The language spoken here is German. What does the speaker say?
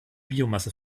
biomasse